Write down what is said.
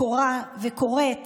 וקוראת